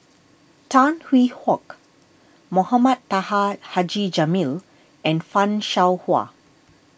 Tan Hwee Hock Mohamed Taha Haji Jamil and Fan Shao Hua